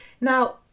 Now